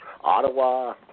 Ottawa